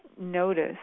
notice